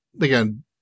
again